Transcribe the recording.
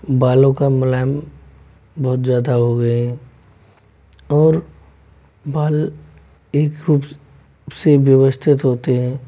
बालों का मुलायम बहुत ज़्यादा हो गये है और बाल एक रूप से व्यवस्थित होते है